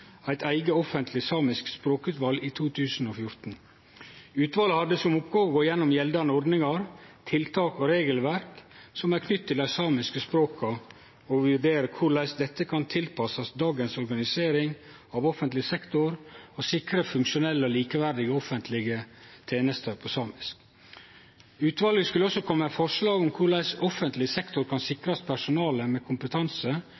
eit eige offentleg samisk språkutval i 2014. Utvalet hadde som oppgåve å gå gjennom gjeldande ordningar, tiltak og regelverk som er knytte til dei samiske språka, og vurdere korleis desse kan tilpassast dagens organisering av offentleg sektor og sikre funksjonelle og likeverdige offentlege tenester på samisk. Utvalet skulle også kome med forslag til korleis offentleg sektor kan sikrast personale med kompetanse